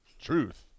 Truth